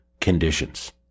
conditions